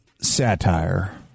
satire